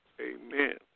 Amen